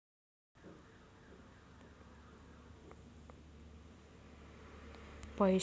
पैशाचे वेळेचे मूल्य वेळ प्राधान्याची नंतर विकसित संकल्पना म्हणून पाहिले जाऊ शकते